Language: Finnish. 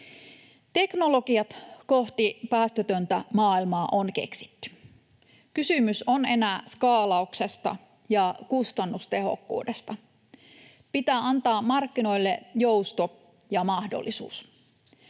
Teknologiat kohti päästötöntä maailmaa on keksitty. Kysymys on enää skaalauksesta ja kustannustehokkuudesta. Pitää antaa markkinoille jousto ja mahdollisuus.